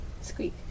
Squeak